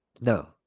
No